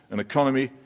an economy,